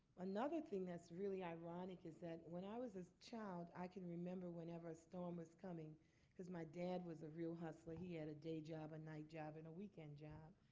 another thing that's really ironic is that when i was a child i can remember whenever a storm was coming because my dad was a real hustler. he had a day job and night job and a weekend job.